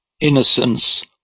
Innocence